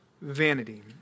vanity